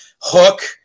Hook